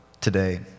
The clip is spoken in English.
today